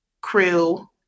crew